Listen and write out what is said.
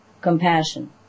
compassion